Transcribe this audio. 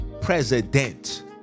president